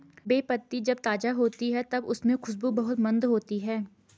बे पत्ती जब ताज़ा होती है तब उसमे खुशबू बहुत मंद होती है